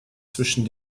zwischen